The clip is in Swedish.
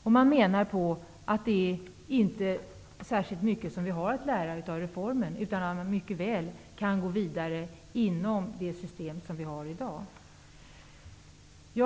Spri menar att vi inte har särskilt mycket att lära av reformen, utan att vi mycket väl kan gå vidare inom det system som finns i dag. Vi